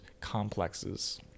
complexes